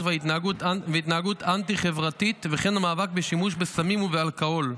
וההתנהגות האנטי-חברתית וכן למאבק בשימוש בסמים והאלכוהול,